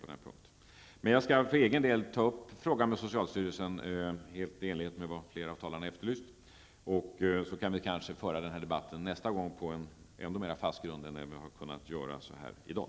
Jag skall emellertid för egen del ta upp frågan med socialstyrelsen helt i enlighet med vad flera talare har efterlyst, så kan vi kanske nästa gång föra denna debatt på en mer fast grund än i dag.